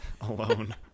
alone